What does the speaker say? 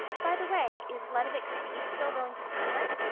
by the way, is ludovic speed still going to see her?